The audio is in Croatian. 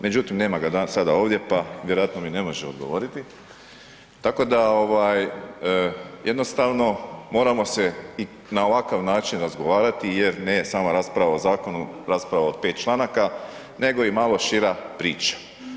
Međutim, nema ga sada ovdje pa vjerojatno mi ne može odgovoriti, tako da ovaj jednostavno moramo se i na ovakav način razgovarati jer nije sama rasprava o zakonu, rasprava o 5 članaka nego i malo šira priča.